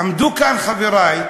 עמדו כאן חברי,